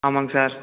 ஆமாம்ங் sir